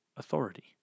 authority